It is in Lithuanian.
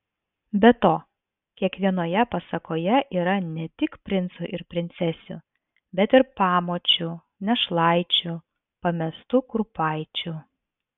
be to kiekvienoje pasakoje yra ne tik princų ir princesių bet ir pamočių našlaičių pamestų kurpaičių